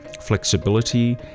flexibility